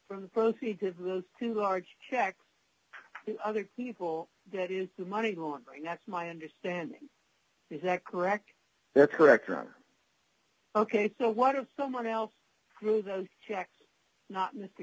from the proceeds of those two large checks to other people that is the money laundering that's my understanding is that correct that's correct ok so what of someone else through those checks not mr